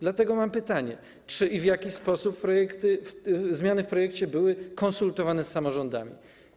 Dlatego mam pytanie: Czy i w jaki sposób zmiany ujęte w projekcie były konsultowane z samorządami?